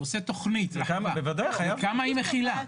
הוא עושה תכנית, כמה היא מכילה?